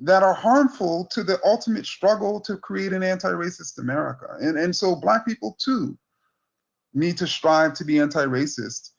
that are harmful to the ultimate struggle to create an anti-racist america. and and so black people to me to strive to be anti-racist.